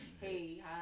Hey